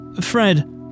Fred